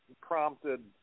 prompted